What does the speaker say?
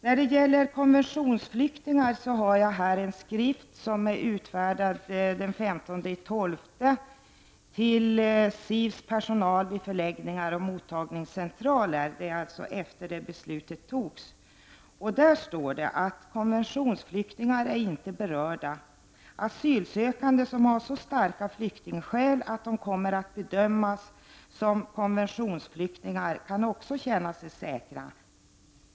När det gäller konventionsflyktingar har jag med mig en skrivelse som är utfärdad den 15 december 1989, dvs. efter det att beslutet fattades, till STV:s personal vid förläggningar och mottagningscentraler. I skrivelsen står det: ”Konventionsflyktingar är inte berörda. Asylsökande som har så starka flyktingskäl att de kommer att bedömas som konventionsflyktingar kan också känna sig säkra.